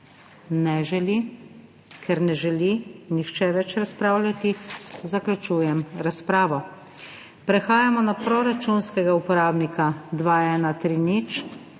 Ne želi. Ker ne želi nihče več razpravljati, zaključujem razpravo. Prehajamo na proračunskega uporabnika 2130